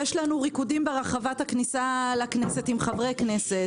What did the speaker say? ריקודים ברחבת הכניסה לכנסת עם חברי כנסת.